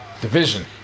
Division